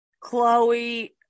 Chloe